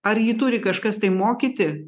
ar jį turi kažkas tai mokyti